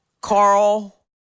Carl